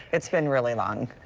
it's been really long.